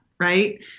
Right